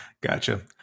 Gotcha